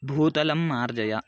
भूतलं मार्जय